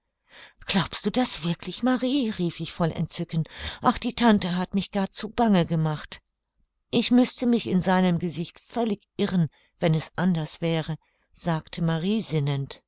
glaubst du das wirklich marie rief ich voll entzücken ach die tante hatte mir gar zu bange gemacht ich müßte mich in seinem gesicht völlig irren wenn es anders wäre sagte marie